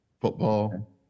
Football